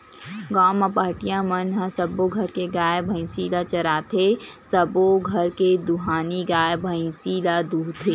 गाँव म पहाटिया मन ह सब्बो घर के गाय, भइसी ल चराथे, सबो घर के दुहानी गाय, भइसी ल दूहथे